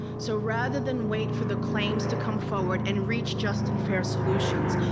so rather than wait for the claims to come forward and reach just and fair solutions,